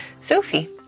Sophie